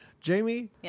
Jamie